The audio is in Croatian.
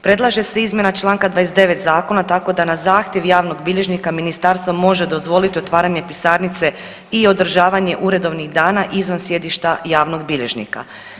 Predlaže se izmjena čl. 29. zakona da na zahtjev javnog bilježnika ministarstvo može dozvoliti otvaranje pisarnice i održavanje uredovnih dana izvan sjedišta javnog bilježnika.